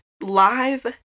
live